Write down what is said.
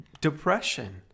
depression